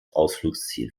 ausflugsziel